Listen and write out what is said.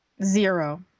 Zero